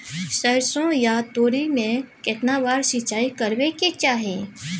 सरसो या तोरी में केतना बार सिंचाई करबा के चाही?